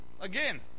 again